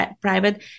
private